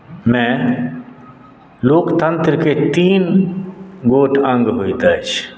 मे लोकतन्त्रके तीन गोट अङ्ग होइत अछि